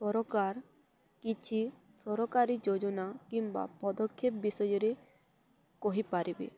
ସରକାର କିଛି ସରକାରୀ ଯୋଜନା କିମ୍ବା ପଦକ୍ଷେପ ବିଷୟରେ କହିପାରିବେ